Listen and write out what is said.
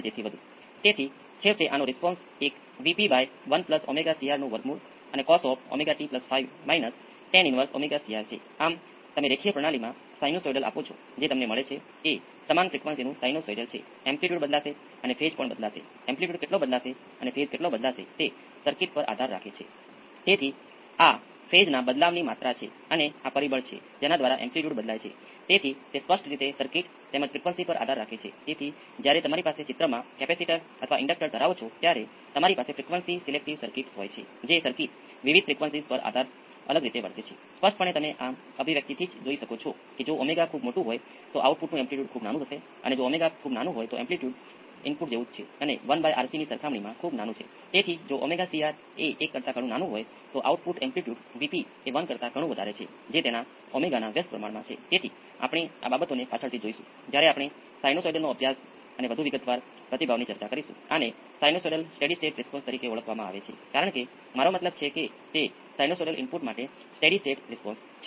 તેથી ઉદાહરણ તરીકે અહીઆ ત્રણ મૂલ્યો લો અને 2 વોલ્ટ અને 5 મિલી એંપ્સ ની આ પ્રારંભિક પરિસ્થિતિઓ સાથે નેચરલ રિસ્પોન્સ મેળવો જેથી હું તમને સામેલ દરેક પદ ની તાલીમ આપું અને ડીસી ઇનપુટ સાથેફોર્સ રિસ્પોન્સ શોધી શકું જે અચળ ઇનપુટ છે